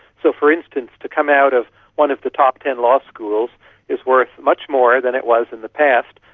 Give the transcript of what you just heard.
so, for instance, to come out of one of the top ten law schools is worth much more than it was in the past,